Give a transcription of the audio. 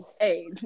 hey